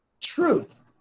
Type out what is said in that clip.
Truth